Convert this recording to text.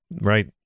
right